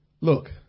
Look